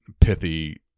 pithy